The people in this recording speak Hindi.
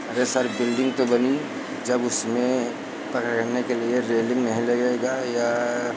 अरे सर बिल्डिंग तो बनी जब उसमें पकड़ने के लिए रेलिंग नहीं लगेगा या